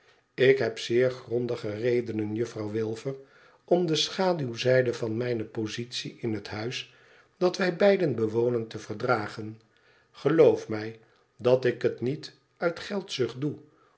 ik heb zeer grondige redenen juffrouw wilfer om de schaduwzijde van mijne positie in het huis dat wij beiden bewonen te verdragen geloof mij dat ik het niet uit geldzucht doe